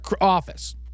office